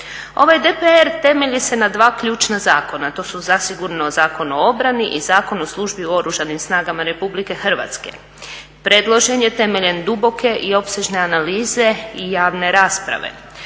Ovaj DPR temelji se na dva ključna zakona, to su zasigurno Zakon o obrani i Zakon o službi u Oružanim snagama RH. predložen je temeljem duboke i opsežne analize i javne rasprave,